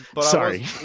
Sorry